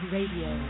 Radio